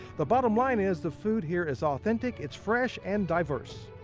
the bottom line is the food here is authentic, it's fresh and diverse.